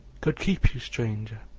god keep you, stranger,